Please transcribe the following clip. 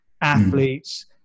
athletes